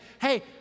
hey